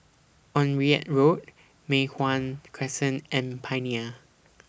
Onraet Road Mei Hwan Crescent and Pioneer